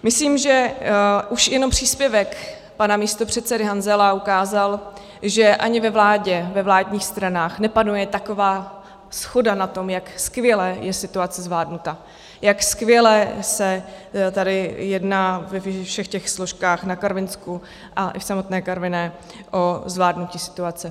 Myslím, že už jenom příspěvek pana místopředsedy Hanzela ukázal, že ani ve vládě, ve vládních stranách, nepanuje taková shoda na tom, jak skvěle je situace zvládnuta, jak skvěle se tady jedná ve všech těch složkách na Karvinsku a i v samotné Karviné o zvládnutí situace.